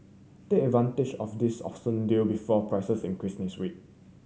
take advantage of this awesome deal before prices increase next week